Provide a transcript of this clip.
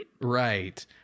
Right